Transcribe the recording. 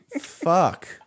Fuck